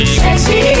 sexy